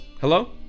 hello